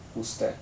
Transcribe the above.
who's that